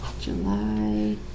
July